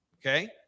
okay